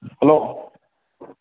hello